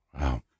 Wow